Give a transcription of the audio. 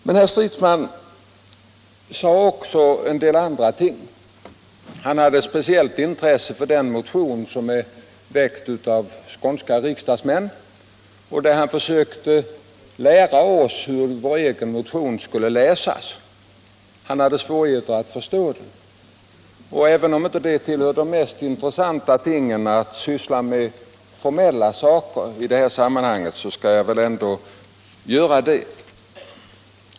Herr Stridsman sade också att han hade ett speciellt intresse för den motion som väckts av de skånska riksdagsledamöterna, och han försökte därvid lära oss hur vår egen motion skulle läsas. Herr Stridsman sade att han hade svårigheter att förstå den. Det tillhör inte det mest intressanta att i sådana här sammanhang uppehålla sig vid formella ting, men jag skall ändå göra det.